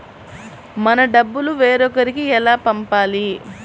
మన డబ్బులు వేరొకరికి ఎలా పంపాలి?